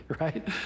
right